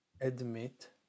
admit